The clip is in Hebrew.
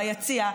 ביציע.